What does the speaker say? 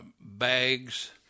bags